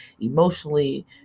emotionally